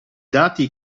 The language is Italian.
dati